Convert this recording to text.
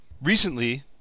Recently